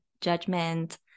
judgment